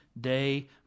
day